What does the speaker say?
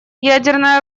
ядерное